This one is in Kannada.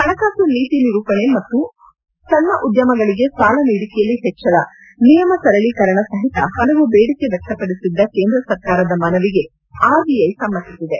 ಹಣಕಾಸು ನೀತಿ ರೂಪಣೆ ಮತ್ತು ಸಣ್ಣ ಉದ್ದಮಗಳಿಗೆ ಸಾಲ ನೀಡಿಕೆಯಲ್ಲಿ ಹೆಚ್ಚಳ ನಿಯಮ ಸರಳೀಕರಣ ಸಹಿತ ಹಲವು ಬೇಡಿಕೆ ವ್ಯಕ್ತಪಡಿಸಿದ್ದ ಕೇಂದ್ರ ಸರಕಾರದ ಮನವಿಗೆ ಆರ್ಬಿಐ ಸಮ್ನತಿಸಿದೆ